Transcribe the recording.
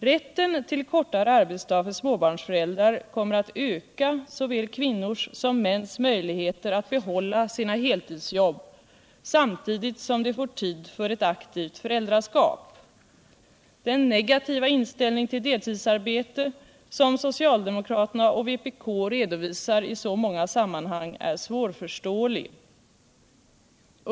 Rätten till kortare arbetsdag för småbarnsföräldrar kommer att öka såväl kvinnors som mäns möjligheter att behålla sina heltidsjobb samtidigt som de får tid för ett aktivt föräldraskap. Den negativa inställning till deltidsarbete som socialdemokraterna och vpk redovisar i så många sammanhang är svårförståelig.